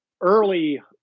early